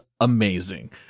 amazing